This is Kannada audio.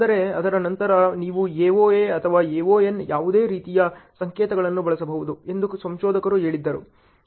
ಆದರೆ ಅದರ ನಂತರ ನೀವು AoA ಅಥವಾ AoN ಯಾವುದೇ ರೀತಿಯ ಸಂಕೇತಗಳನ್ನು ಬಳಸಬಹುದು ಎಂದು ಸಂಶೋಧಕರು ಹೇಳಿದರು